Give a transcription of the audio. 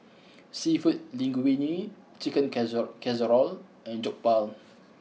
Seafood Linguine Chicken Casser Casserole and Jokbal